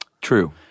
True